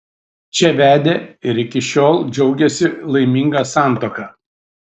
čia vedė ir iki šiol džiaugiasi laiminga santuoka